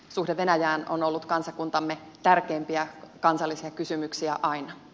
suhde venäjään on ollut kansakuntamme tärkeimpiä kansallisia kysymyksiä aina